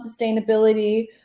sustainability